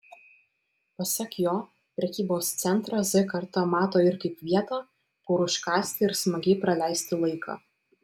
pasak jo prekybos centrą z karta mato ir kaip vietą kur užkąsti ir smagiai praleisti laiką